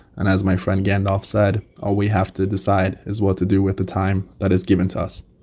and as my friend gandalf said, all we have to decide is what to do with the time that is given to us.